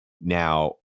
Now